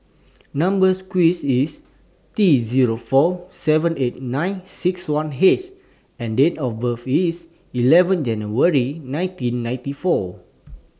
Number sequence IS T Zero four seven eight nine six one H and Date of birth IS eleven January nineteen ninety four